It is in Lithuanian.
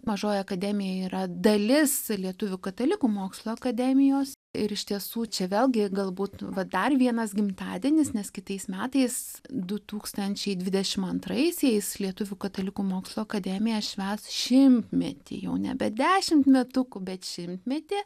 mažoji akademija yra dalis lietuvių katalikų mokslo akademijos ir iš tiesų čia vėlgi galbūt va dar vienas gimtadienis nes kitais metais du tūkstančiai dvidešimt antraisiais lietuvių katalikų mokslo akademija švęs šimtmetį jau nebe dešimt metukų bet šimtmetį